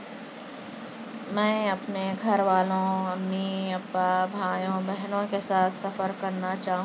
میں اپنے گھر والوں امی ابا بھائیوں بہنوں کے ساتھ سفر کرنا چاہوں گی